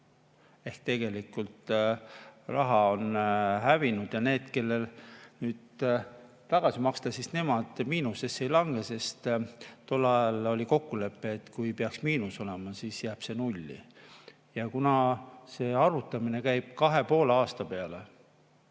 Ehk tegelikult raha on hävinud. Ja need, kellel nüüd tagasi maksta, siis nemad miinusesse ei lange, sest tol ajal oli kokkulepe, et kui peaks miinus olema, siis jääb see nulli. Ja kuna see arvutamine käib kahe ja poole aasta peale,